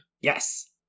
Yes